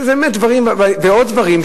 ועוד דברים,